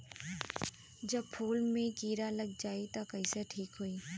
जब फूल मे किरा लग जाई त कइसे ठिक होई?